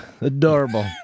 Adorable